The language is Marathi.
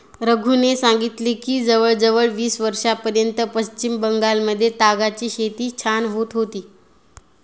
रघूने सांगितले की जवळजवळ वीस वर्षांपूर्वीपर्यंत पश्चिम बंगालमध्ये तागाची शेती छान होत होती